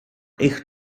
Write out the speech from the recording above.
eich